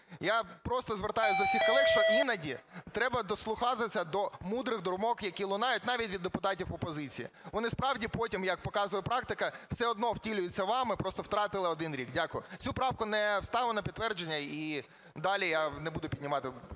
Я просто звертаюсь до всіх колег, що іноді треба дослухатися до мудрих думок, які лунають навіть від депутатів опозиції, вони справді потім, як показує практика, все одно втілюються вами, просто втратили один рік. Дякую. Цю правку не ставлю на підтвердження, і далі я не буду піднімати